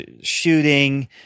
shooting